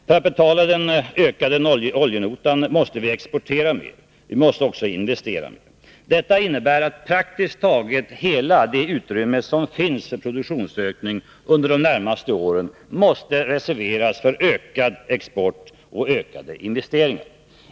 För att betala den ökade oljenotan måste vi exportera mer. Vi måste också investera mer. Detta innebär att praktiskt taget hela det utrymme som finns för produktionsökning under de närmaste åren måste reserveras för ökad export och ökade investeringar.